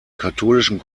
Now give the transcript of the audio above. katholischen